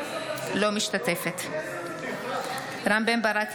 לא משתתפת רם בן ברק,